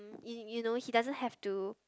you you know he doesn't have to